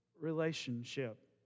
relationship